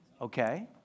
Okay